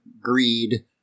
greed